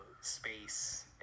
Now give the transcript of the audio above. space